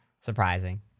surprising